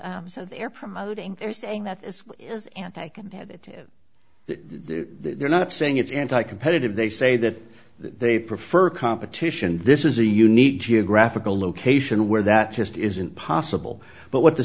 they're promoting they're saying that this is anti competitive that they're not saying it's anti competitive they say that they prefer competition this is a unique geographical location where that just isn't possible but what the